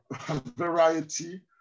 variety